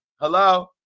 Hello